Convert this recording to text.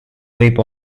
võib